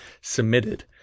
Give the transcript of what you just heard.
submitted